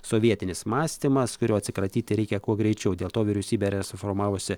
sovietinis mąstymas kurio atsikratyti reikia kuo greičiau dėl to vyriausybė yra suformavusi